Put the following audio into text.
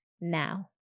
now